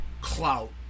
clout